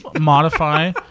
Modify